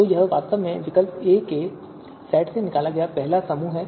तो यह वास्तव में विकल्प ए के सेट से पहला निकाला गया समूह है